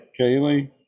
Kaylee